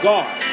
God